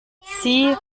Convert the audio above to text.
sie